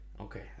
Okay